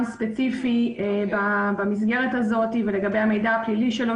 ספציפי במסגרת הזאת לגבי המידע הפלילי שלו,